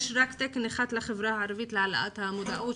יש רק תקן אחד לחברה הערבית להעלאת המודעות,